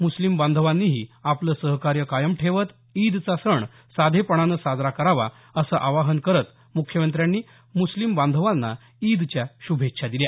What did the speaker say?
मुस्लिम बांधवांनीही आपलं सहकार्य कायम ठेवत ईदचा सण साधेपणानं साजरा करावा असं आवाहन करत मुख्यमंत्र्यांनी मुस्लिम बांधवांना ईदच्या शुभेच्छा दिल्या